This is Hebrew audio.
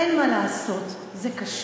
אין מה לעשות, זה קשה.